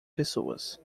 pessoas